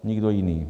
Nikdo jiný.